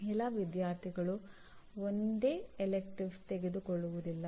ಎಲ್ಲಾ ವಿದ್ಯಾರ್ಥಿಗಳು ಒಂದೇ ಎಲೆಕ್ಟಿವ್ಸ್ ತೆಗೆದುಕೊಳ್ಳುವುದಿಲ್ಲ